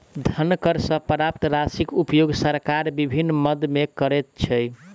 धन कर सॅ प्राप्त राशिक उपयोग सरकार विभिन्न मद मे करैत छै